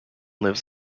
lives